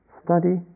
study